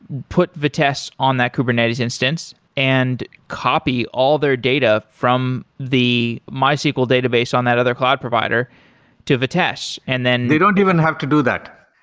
put vitess on that kubernetes instance and copy all their data from the mysql database on that other cloud provider to vitess, and then they don't even have to do that.